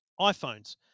iPhones